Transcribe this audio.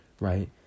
right